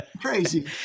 Crazy